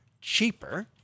cheaper